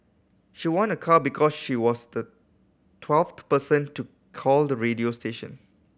she won a car because she was the twelfth the person to call the radio station